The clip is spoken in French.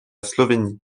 slovénie